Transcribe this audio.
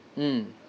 mm